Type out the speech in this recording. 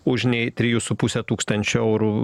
už nei trijų su puse tūkstančio eurų